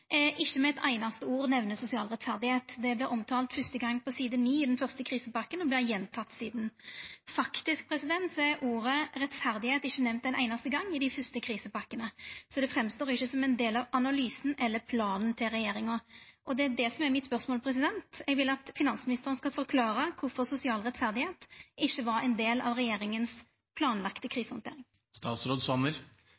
ikkje med eit einaste ord nemner sosial rettferd. Det vert omtalt fyrste gong på side 9 i den fyrste krisepakka og vert gjenteke sidan. Faktisk er ordet «rettferd» ikkje nemnt ein einaste gong i dei fyrste krisepakkene, så det framstår ikkje som ein del av analysen eller planen til regjeringa. Det er det som er mitt spørsmål. Eg vil at finansministeren skal forklara kvifor sosial rettferd ikkje var ein del av regjeringas planlagde